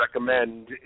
recommend